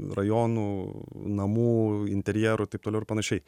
rajonų namų interjerų taip toliau ir panašiai